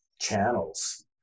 channels